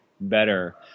better